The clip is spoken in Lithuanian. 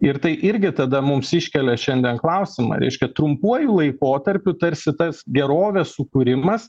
ir tai irgi tada mums iškelia šiandien klausimą reiškia trumpuoju laikotarpiu tarsi tas gerovės sukūrimas